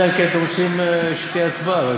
אלא אם כן אתם רוצים שתהיה הצבעה.